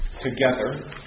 together